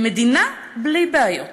למדינה בלי בעיות.